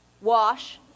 Wash